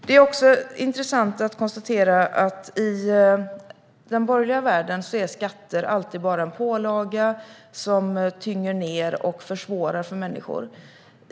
Det är också intressant att konstatera att skatter i den borgerliga världen alltid bara är en pålaga som tynger ned och försvårar för människor.